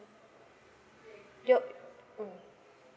yup mm